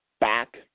back